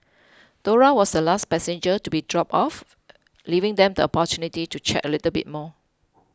Dora was the last passenger to be dropped off leaving them the opportunity to chat a little bit more